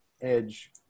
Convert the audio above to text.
edge